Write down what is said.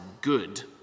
good